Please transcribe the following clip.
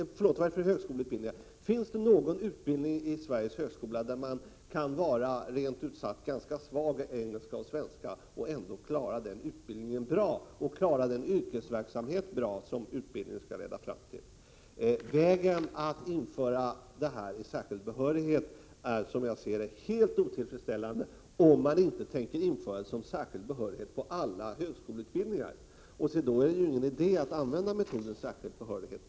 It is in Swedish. Finns det någon utbildning i Sveriges högskola där man kan vara rent ut sagt ganska svag i engelska och svenska men ändå tillfredsställande klara utbildningen samt den yrkesverksamhet som utbildningen skall leda fram till? Att införa dessa krav den här vägen, genom särskild behörighet, ser jag som helt otillfredsställande, såvida man inte tänker införa dem som särskild behörighet på alla högskoleutbildningar. Men då är det ju ingen idé att använda metoden särskild behörighet.